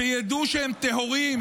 שידעו שהם טהורים,